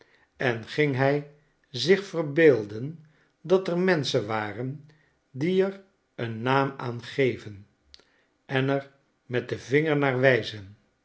en ging hij zich verbeelden dat er menschen waren die er een naam aan geven en er met den vinger naar wijzen